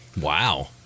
Wow